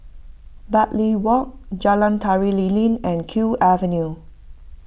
Bartley Walk Jalan Tari Lilin and Kew Avenue